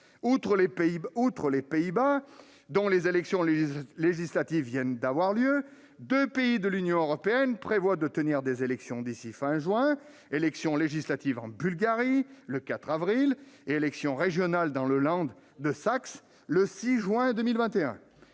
Outre les Pays-Bas, dont les élections législatives viennent d'avoir lieu, deux pays de l'Union européenne prévoient de tenir des élections d'ici à la fin du mois de juin : des élections législatives se tiendront en Bulgarie le 4 avril et des élections régionales dans le Land de Saxe-Anhalt le 6 juin 2021.